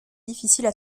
difficiles